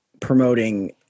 promoting